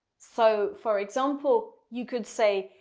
so for example you could say,